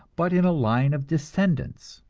but in a line of descendants.